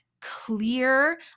clear